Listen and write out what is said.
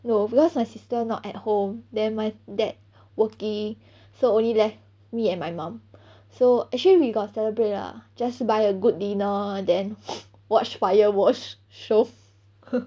no because my sister not at home then my dad working so only left me and my mom so actually we got celebrate lah just buy a good dinner then watch fireworks show